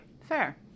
Fair